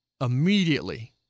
immediately